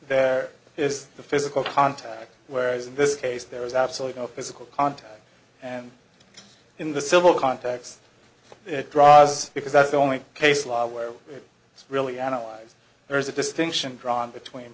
there is the physical contact whereas in this case there was absolutely no physical contact and in the civil context droz because that's the only case law where it's really analyzed there's a distinction drawn between